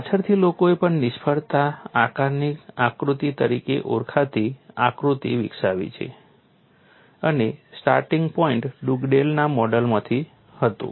પાછળથી લોકોએ પણ નિષ્ફળતા આકારણી આકૃતિ તરીકે ઓળખાતી આકૃતિ વિકસાવી છે અને સ્ટાર્ટિંગ પોઇન્ટ ડુગડેલના મોડેલમાંથી હતું